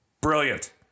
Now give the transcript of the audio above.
Brilliant